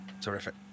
terrific